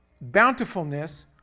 bountifulness